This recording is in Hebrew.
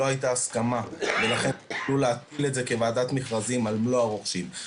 לא הייתה הסכמה ולכן --- כוועדת מכרזים על מלוא הרוכשים.